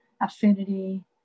affinity